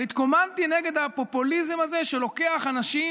אבל התקוממתי נגד הפופוליזם הזה שלוקח אנשים,